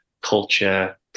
culture